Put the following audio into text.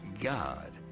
God